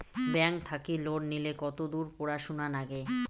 Bank থাকি loan নিলে কতদূর পড়াশুনা নাগে?